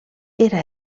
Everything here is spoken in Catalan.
era